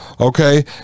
okay